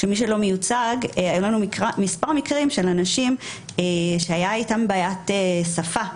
היו לנו מספר מקרים של אנשים שהייתה איתם בעיית שפה.